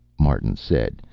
martin said.